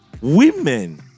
Women